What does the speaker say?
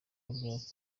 bukangurambaga